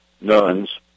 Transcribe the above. nuns